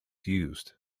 used